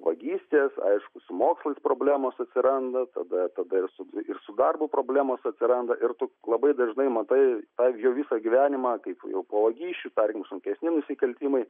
vagystės aišku su mokslais problemos atsiranda tada tada ir su ir su darbu problemos atsiranda ir tu labai dažnai matai pavyzdžiui jo visą gyvenimą kaip jau po vagysčių tarkim sunkesni nusikaltimai